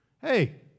Hey